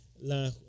la